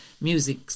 music